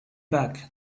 back